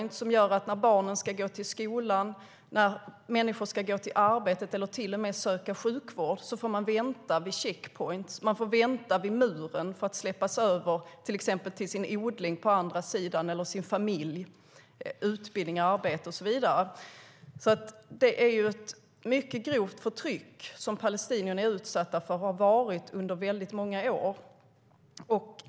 När barn ska gå till skolan och när människor ska gå till arbetet eller söka sjukvård får de vänta vid checkpoints vid muren för att släppas över till sin odling på andra sidan, till sin familj, till skola och arbete och så vidare. Palestinierna är alltså utsatta för ett grovt förtryck och har varit det under många år.